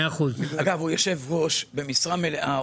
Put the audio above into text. אגב, הוא יושב-ראש במשרה מלאה.